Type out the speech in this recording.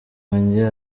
wange